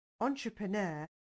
entrepreneur